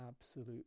absolute